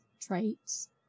traits